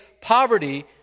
poverty